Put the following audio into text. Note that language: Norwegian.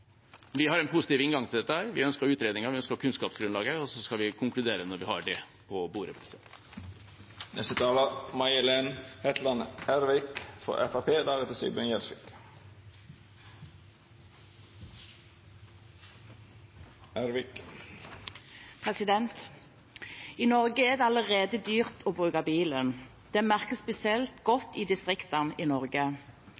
Vi har en positiv inngang til dette. Vi ønsker utredningen, vi ønsker kunnskapsgrunnlaget, og så skal vi konkludere når vi har det på bordet. I Norge er det allerede dyrt å bruke bilen. Det merkes spesielt